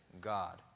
God